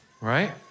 right